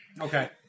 Okay